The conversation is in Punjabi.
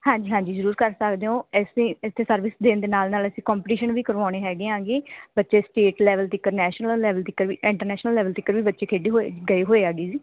ਹਾਂਜੀ ਹਾਂਜੀ ਜ਼ਰੂਰ ਕਰ ਸਕਦੇ ਹੋ ਇਸੇ ਇੱਥੇ ਸਰਵਿਸ ਦੇਣ ਦੇ ਨਾਲ ਨਾਲ ਅਸੀਂ ਕੋਂਪੀਟੀਸ਼ਨ ਵੀ ਕਰਵਾਉਂਦੇ ਹੈਗੇ ਹਾਂ ਜੀ ਬੱਚੇ ਸਟੇਟ ਲੈਵਲ ਤੱਕ ਨੈਸ਼ਨਲ ਲੈਵਲ ਤੱਕ ਵੀ ਇੰਟਰਨੈਸ਼ਨਲ ਲੈਵਲ ਤੱਕ ਵੀ ਬੱਚੇ ਖੇਡੇ ਹੋਏ ਗਏ ਹੋਏ ਹੈਗੇ ਜੀ